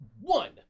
One